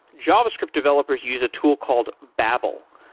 javascript developers use a tool called babel.